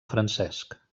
francesc